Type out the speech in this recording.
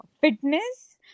fitness